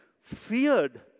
feared